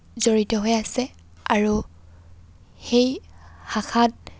জড়িত হৈ আছে আৰু সেই শাখাত